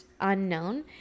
unknown